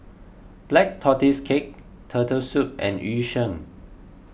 Black Tortoise Cake Turtle Soup and Yu Sheng